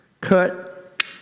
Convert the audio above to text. Cut